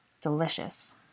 Delicious